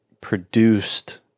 produced